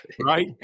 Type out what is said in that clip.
right